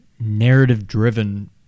narrative-driven